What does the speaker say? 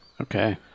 Okay